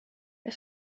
hij